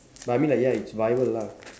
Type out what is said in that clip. but I mean like ya it's viral lah